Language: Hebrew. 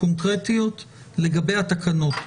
קונקרטיות לגבי התקנות.